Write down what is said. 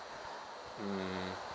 mm